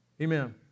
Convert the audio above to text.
Amen